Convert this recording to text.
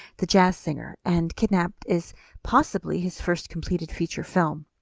the jazz singer, and kidnapped is possibly his first completed feature film.